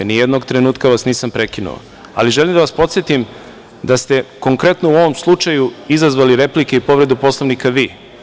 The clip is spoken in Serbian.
Ni jednog trenutka vas nisam prekinuo, ali želim da vas podsetim da ste konkretno u ovom slučaju izazvali replike i povredu Poslovnika vi.